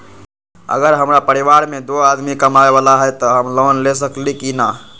अगर हमरा परिवार में दो आदमी कमाये वाला है त हम लोन ले सकेली की न?